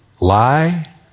lie